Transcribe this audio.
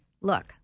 look